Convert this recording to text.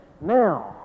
Now